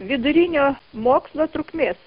vidurinio mokslo trukmės